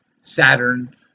Saturn